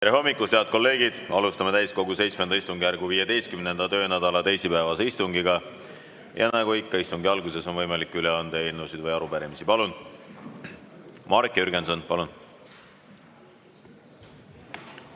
Tere hommikust, head kolleegid! Alustame täiskogu VII istungjärgu 15. töönädala teisipäevast istungit. Ja nagu ikka, istungi alguses on võimalik üle anda eelnõusid ja arupärimisi. Palun! Marek Jürgenson, palun!